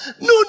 No